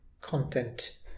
content